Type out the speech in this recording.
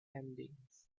endings